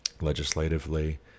legislatively